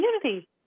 community